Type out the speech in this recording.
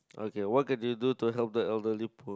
okay what can you do to help the elderly poor